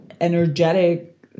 energetic